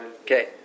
Okay